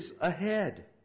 ahead